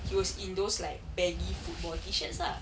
he was in those like baggy football T-shirts lah